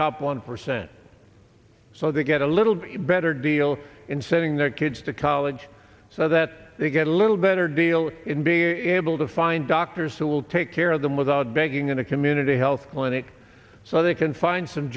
top one percent so they get a little better deal in sending their kids to college so that they get a little better deal in being able to find doctors who will take care of them without begging in a community health clinic so they can find some